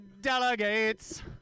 delegates